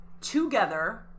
together